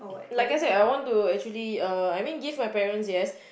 like I said I want to actually uh I mean give my parents yes